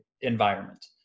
environment